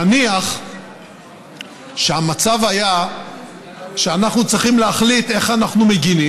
נניח שהמצב היה שאנחנו צריכים להחליט איך אנחנו מגינים,